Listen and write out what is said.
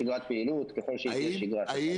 שגרת פעילות, ככל שיחזרו לשיגרה.